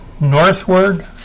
northward